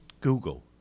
Google